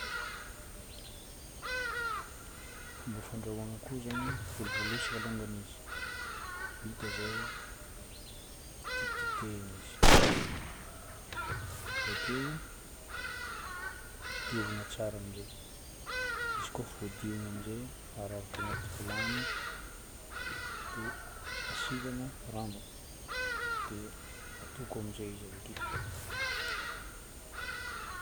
Fomba fandrahoagna akoho zagny: volovolosiko alongany izy. Vita zay, titititehigna izy. Vakeo, diovina tsara amin'izay. Izy koa efa voadio igny, araraka agnaty vilagny dia asivana rano. Dia atoko amin'izay izy avake.